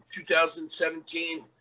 2017